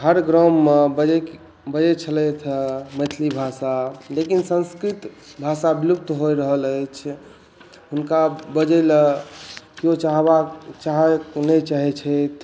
हर ग्राममे बजै छलथि हँ मैथिली भाषा लेकिन संस्कृत भाषा विलुप्त होइ रहल अछि हुनका बजैलए केओ चाहबाक चाहै नहि चाहै छथि